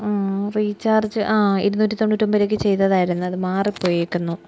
recharge ആ ഇരുന്നൂറ്റി തൊണ്ണൂറ്റിയൊമ്പത് രൂപയ്ക്ക് ചെയ്തതായിരുന്നു അത് മാറിപ്പോയിരിക്കുന്നു